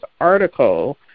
article